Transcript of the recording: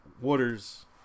waters